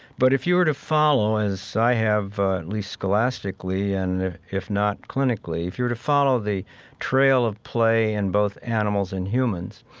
but if you were to follow, as i have at least scholastically and, if not, clinically, if you're to follow the trail of play in both animals and humans,